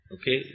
Okay